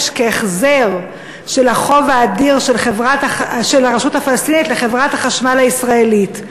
כהחזר של החוב האדיר של הרשות הפלסטינית לחברת החשמל הישראלית,